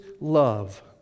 love